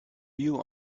you